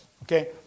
Okay